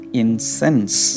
incense